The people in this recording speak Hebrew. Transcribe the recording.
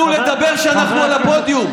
מותר לנו לדבר כשאנחנו על הפודיום.